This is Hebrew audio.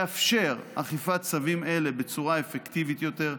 תאפשר אכיפת צווים אלה בצורה אפקטיבית יותר,